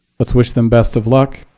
let's wish them best of luck.